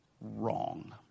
wrong